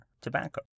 tobacco